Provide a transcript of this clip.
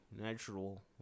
natural